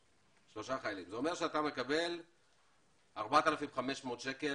זה אומר שאתה מקבל 4,500 שקל,